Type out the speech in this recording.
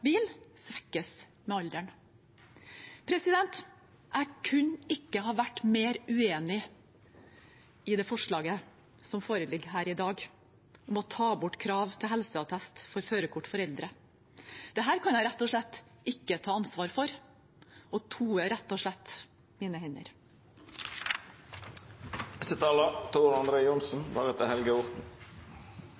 bil, svekkes med alderen. Jeg kunne ikke vært mer uenig i det forslaget som foreligger her i dag om å ta bort kravet om helseattest for førerkort for eldre. Dette kan jeg rett og slett ikke ta ansvar for, og jeg toer mine hender. Det er ikke så ofte SV og